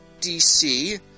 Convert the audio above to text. DC